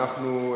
אנחנו,